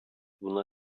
buna